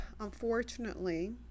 unfortunately